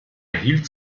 erhielt